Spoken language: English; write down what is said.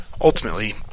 ultimately